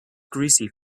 greasy